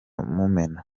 mumena